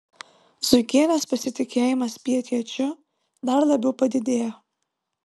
zuikienės pasitikėjimas pietiečiu dar labiau padidėjo